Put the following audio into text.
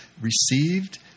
received